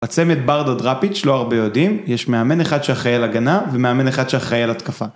הצמד ברדוד רפיץ', לא הרבה יודעים, יש מאמן אחד שאחראי על הגנה ומאמן אחד שאחראי על התקפה.